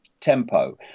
tempo